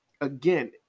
again